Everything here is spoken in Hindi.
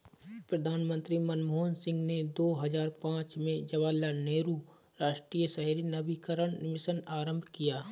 प्रधानमंत्री मनमोहन सिंह ने दो हजार पांच में जवाहरलाल नेहरू राष्ट्रीय शहरी नवीकरण मिशन आरंभ किया